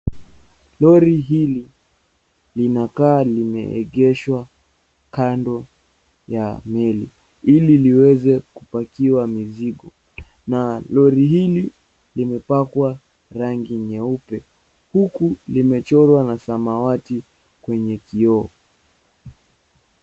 Lori hili linakaa lime egeshwa kando ya meli ili liweze kupakiwa mizigo, na lori hili limepakwa rangi nyeupe huku limechorwa na samawati kwenye kioo.